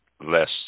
less